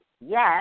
Yes